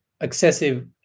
excessive